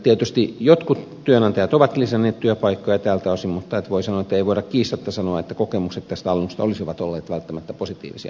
tietysti jotkut työnantajat ovat lisänneet työpaikkoja tältä osin mutta voi sanoa että ei voida kiistatta sanoa että kokemukset tästä alennuksesta olisivat olleet välttämättä positiivisia